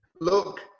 look